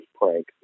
prank